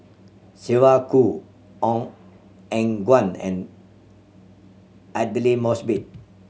Sylvia Kho Ong Eng Guan and Aidli Mosbit